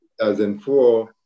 2004